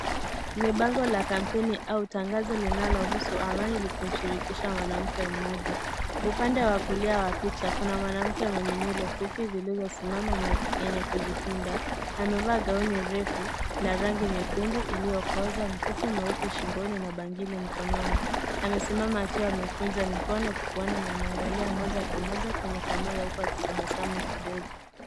NI bango la kampeni au tangazo linalohusu habari likimshirikisha mwanamke mmoja. Upande wa kulia wa picha kuna mwanamke mwenye nywele fupi zilizosimama na yenye kujipinda amevaa gowni refu la rangi nyekundu iliokoza mkufu meupe shingoni na bangili mkononi, amesimama akiwa amekunja mikono kifuani na anaangalia moja Kwa moja kwenye kamera huku akitabasamu kidogo.